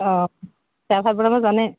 অঁ চেৱা ভাত বনাব জানে